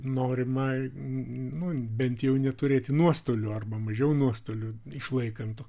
norima nu bent jau neturėti nuostolių arba mažiau nuostolių išlaikant